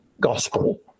Gospel